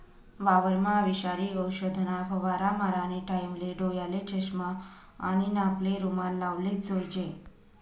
वावरमा विषारी औषधना फवारा मारानी टाईमले डोयाले चष्मा आणि नाकले रुमाल लावलेच जोईजे